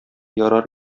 ярар